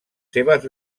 seves